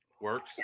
Works